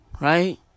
Right